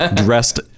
Dressed